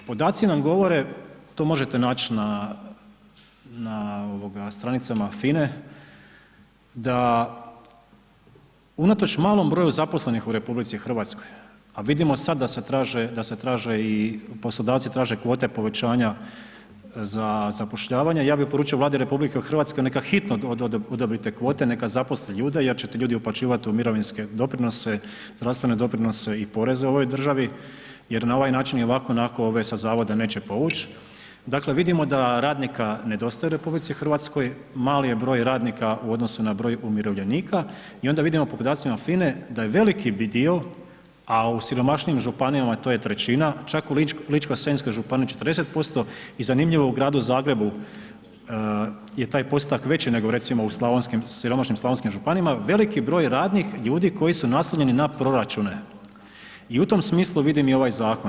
Podaci nam govore, to možete naći na stranicama FINA-e da unatoč malom broju zaposlenih u RH a vidimo sad da se traže i, poslodavci traže kvote povećanja za zapošljavanje, ja bi poručio Vladi RH neka hitno odobri te kvote, neka zaposli ljude jer će ti ljudi uplaćivat u mirovinske doprinose, zdravstvene doprinose i poreze u ovoj državi jer na ovaj način i ovako i onako već sa zavoda neće povuć, dakle vidimo da radnika nedostaje u RH, mali je broj radnika u odnosu na broj umirovljenika i onda vidimo po podacima FINA-e da je veliki dio a u siromašnijim županijama to je 1/3, čak u Ličko-senjskoj županiji 40% i zanimljivo u gradu Zagrebu je taj postotak veći nego recimo u siromašnim slavonskim županijama, veliki broj radnih ljudi koji su naslonjeni na proračune i u tome smislu vidim i ovaj zakon.